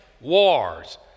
wars